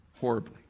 Horribly